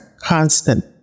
constant